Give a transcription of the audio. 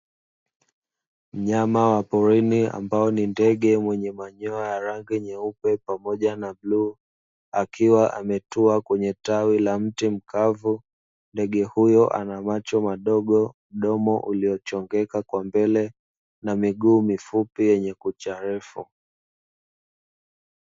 Mnyama wa porini ambae ni ndege mwenye manyoya ya rangi nyeupe pamoja na bluu, akiwa ametua kwenye tawi la mti mkavu. Ndege huyo ana macho madogo, mdomo uliochongoka kwa mbele na miguu mifupi yenye kucha ndefu.